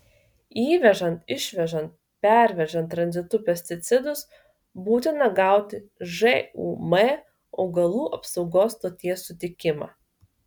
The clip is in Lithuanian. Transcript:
įvežant išvežant pervežant tranzitu pesticidus būtina gauti žūm augalų apsaugos stoties sutikimą